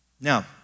Now